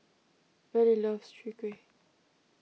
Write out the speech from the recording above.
Vallie loves Chwee Kueh